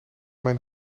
mijn